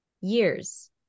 years